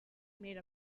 made